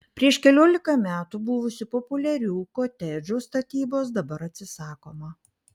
prieš keliolika metų buvusių populiarių kotedžų statybos dabar atsisakoma